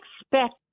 expect